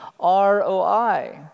ROI